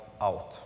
out